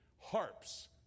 harps